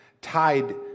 tied